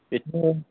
बेथ'